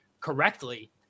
correctly